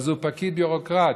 הוא פקיד ביורוקרט,